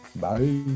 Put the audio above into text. Bye